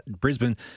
Brisbane